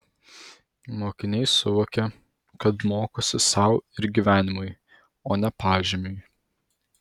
mokiniai suvokia kad mokosi sau ir gyvenimui o ne pažymiui